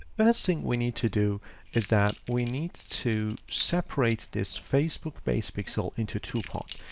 first thing we need to do is that we need to separate this facebook base pixel into two parts.